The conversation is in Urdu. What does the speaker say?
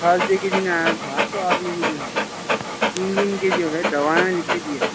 تھرسڈے کے دن آیا تھا تو آپ نے جو ہے تین دن کے جو ہے دوائیں لکھ کے دیے تھے